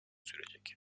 sürecek